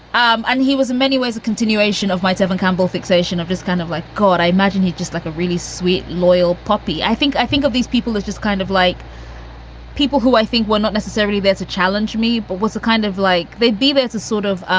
um and he was in many ways a continuation of my t seven campbell fixation of this kind of like code. i imagine he'd just like a really sweet, loyal puppy. i think i think of these people as just kind of like people who i think were not necessarily there to challenge me, but was a kind of like they'd be there to sort of of